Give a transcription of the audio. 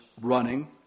running